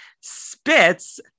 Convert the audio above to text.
spits